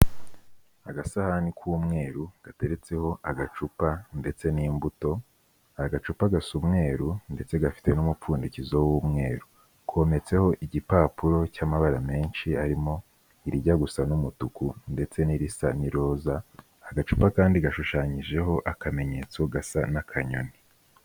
Agasahani k'umweru gateretseho agacupa ndetse n'imbuto. Agacupa gasa umweruru ndetse gafite n'umupfundikizo w'umweru kometseho igipapuro cy'amabara menshi arimo irijya gusa n'umutuku ndetse n'irisa n'iroza, Agacupa kandi gashushanyijeho akamenyetso gasa n'akanyoni.